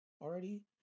already